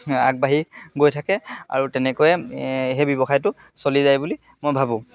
আগবাঢ়ি গৈ থাকে আৰু তেনেকৈয়ে সেই ব্যৱসায়টো চলি যায় বুলি মই ভাবোঁ